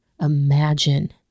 Imagine